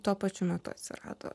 tuo pačiu metu atsirado